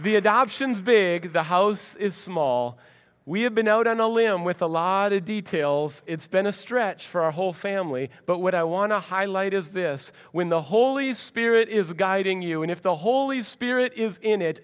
the adoptions igs the house is small we have been out on a limb with a lot of details it's been a stretch for our whole family but what i want to highlight is this when the holy spirit is guiding you and if the holy spirit is in it